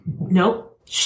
nope